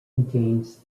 contains